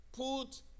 put